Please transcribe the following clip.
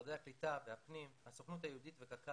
משרדי הקליטה, הפנים, הסוכנות היהודית, קרן